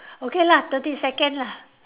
okay lah thirty second lah